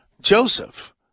Joseph